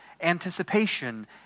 anticipation